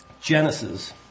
Genesis